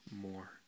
more